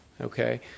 okay